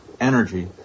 energy